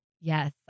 Yes